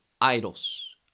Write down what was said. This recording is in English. idols